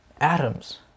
atoms